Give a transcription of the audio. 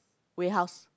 warehouse